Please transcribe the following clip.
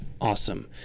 Awesome